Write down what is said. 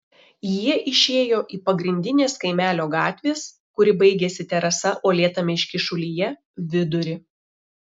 jie išėjo į pagrindinės kaimelio gatvės kuri baigėsi terasa uolėtame iškyšulyje vidurį